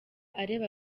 areba